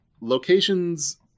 Locations